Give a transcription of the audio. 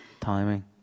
timing